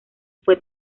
fue